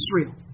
Israel